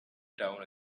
town